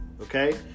okay